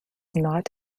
not